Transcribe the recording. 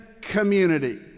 community